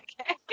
okay